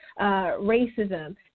racism